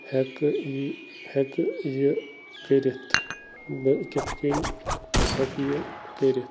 ہیٚکہٕ ہیٚکہٕ یہِ کٔرِتھ بہٕ کِتھ کٔنۍ ہیٚکہٕ یہِ کٔرِتھ